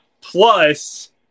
plus